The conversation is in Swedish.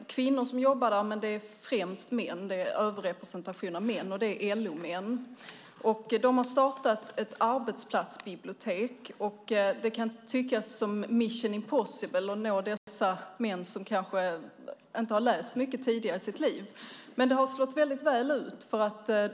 Kvinnor jobbar där, men främst män. Det är en överrepresentation av män, och det är LO-män. De har startat ett arbetsplatsbibliotek. Det kan tyckas som mission impossible att nå dessa män som kanske inte har läst mycket tidigare i sitt liv, men det har slagit väldigt väl ut.